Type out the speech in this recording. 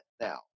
now